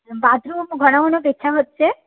bathroom ঘন ঘন পেচ্ছাপ হচ্ছে